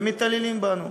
ומתעללים בנו.